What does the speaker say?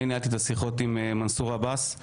אני ניהלתי את השיחות עם מנסור עבאס.